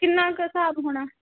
ਕਿੰਨਾ ਕੁ ਹਿਸਾਬ ਹੋਣਾ